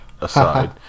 aside